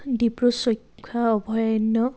ডিব্ৰুচৈখোৱা অভয়াৰণ্য়